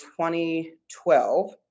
2012